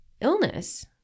illness